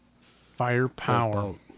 firepower